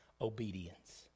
obedience